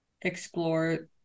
explore